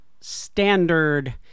standard